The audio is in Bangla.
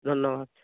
ধন্যবাদ